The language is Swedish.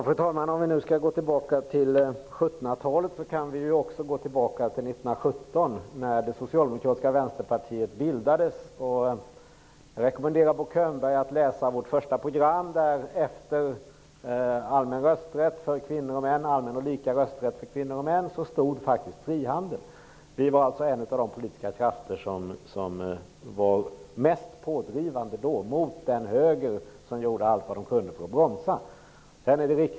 Fru talman! Om vi nu skall gå tillbaka till 1700 talet kan vi också gå tillbaka till 1917 när det socialdemokratiska vänsterpartiet bildades. Jag rekommenderar Bo Könberg att läsa vårt första program där det skrevs in frihandel efter allmän och lika rösträtt för kvinnor och män. Vi var alltså de politiska krafter som då var mest pådrivande mot den höger som gjorde allt vad den kunde för att bromsa.